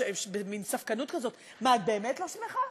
במין ספקנות כזאת: את באמת לא שמחה?